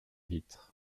vitres